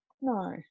No